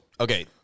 Okay